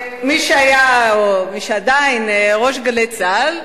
מי שהיה או מי שעדיין ראש "גלי צה"ל",